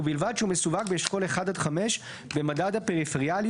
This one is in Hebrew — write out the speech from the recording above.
ובלבד שהוא מסווג באשכול 1 עד 5 במדד הפריפריאליות